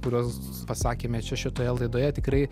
kuriuos pasakėme čia šitoje laidoje tikrai